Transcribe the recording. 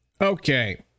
Okay